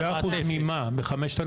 6% ממה?